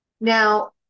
Now